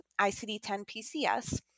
ICD-10-PCS